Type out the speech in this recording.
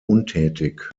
untätig